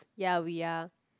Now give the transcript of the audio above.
ya we are